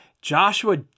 Joshua